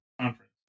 conference